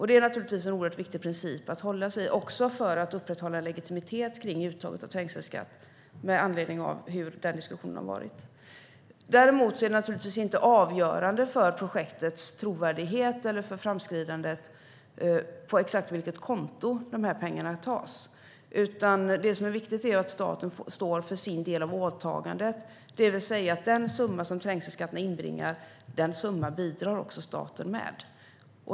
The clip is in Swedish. Det är naturligtvis en oerhört viktig princip, också för att upprätthålla en legitimitet kring uttaget av trängselskatt med anledning av hur den diskussionen har varit. Däremot är det naturligtvis inte avgörande för projektets trovärdighet eller för framskridandet från exakt vilket konto de här pengarna tas. Det som är viktigt är att staten står för sin del av åtagandet, det vill säga att den summa som trängselskatterna inbringar ska staten bidra med.